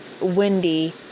windy